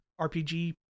RPG